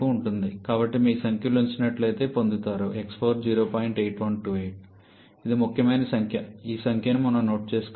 కాబట్టి మీకు సంఖ్యలను ఉంచినట్లయితే ఇది పొందుతారు ఇది ముఖ్యమైన సంఖ్య ఈ సంఖ్యను మనం నోట్ చేసుకోవాలి